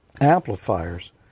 amplifiers